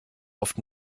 oft